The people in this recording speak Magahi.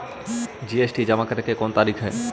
जी.एस.टी जमा करे के कौन तरीका हई